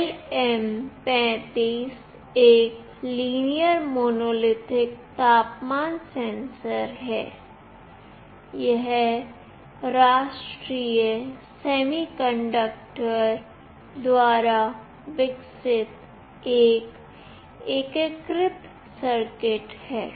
LM35 एक linear monolithic तापमान sensor है यह राष्ट्रीय सेमीकंडक्टर द्वारा विकसित एक एकीकृत सर्किट है